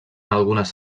algunes